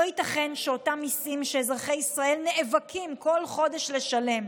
לא ייתכן שאותם מיסים שאזרחי ישראל נאבקים כל חודש לשלם,